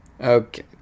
okay